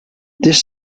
this